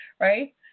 right